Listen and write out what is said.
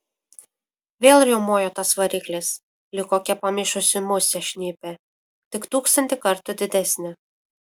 vėl riaumojo tas variklis lyg kokia pamišusi musė šnipė tik tūkstantį kartų didesnė